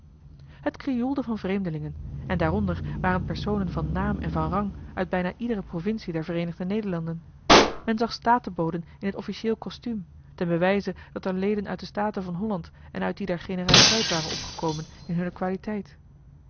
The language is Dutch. het krioelde van vreemdelingen en daaronder waren personen van naam en van rang uit bijna iedere provincie der vereenigde nederlanden men zag statenboden in t officieel kostuum ten bewijze dat er leden uit de staten van holland en uit die der generaliteit waren opgekomen in hunne qualiteit